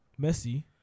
Messi